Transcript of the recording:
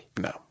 No